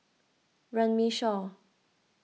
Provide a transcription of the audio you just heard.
Runme Shaw